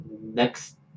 next